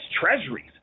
treasuries